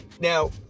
Now